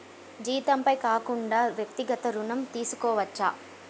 జీతంపై కాకుండా వ్యక్తిగత ఋణం తీసుకోవచ్చా?